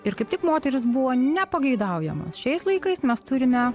ir kaip tik moterys buvo nepageidaujamos šiais laikais mes turime